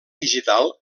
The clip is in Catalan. digital